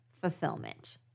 fulfillment